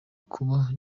kuba